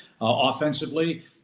Offensively